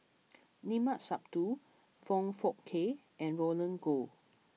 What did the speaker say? Limat Sabtu Foong Fook Kay and Roland Goh